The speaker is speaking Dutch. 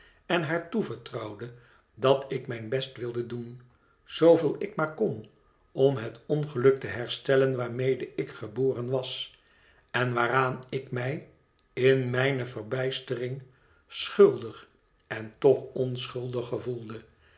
en haar toevertrouwde dat ik mijn best wilde doen zooveel ik maar kon om het ongeluk te herstellen waarmede ik geboren was en waaraan ik mij in mijne verbijstering schuldig en toch onschuldig gevoelde